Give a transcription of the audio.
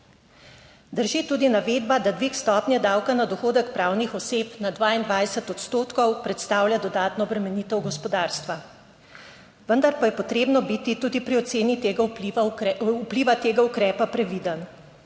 Drži tudi navedba, da dvig stopnje davka na dohodek pravnih oseb na 22 odstotkov predstavlja dodatno obremenitev gospodarstva. Vendar pa je potrebno biti tudi pri oceni tega vpliva, tega ukrepa previden.